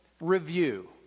review